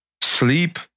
sleep